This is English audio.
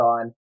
on